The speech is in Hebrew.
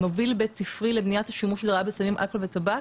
מוביל בית ספרי למניעת השימוש לרעה בסמים אלכוהול וטבק.